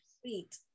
sweet